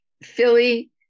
Philly